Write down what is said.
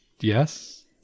yes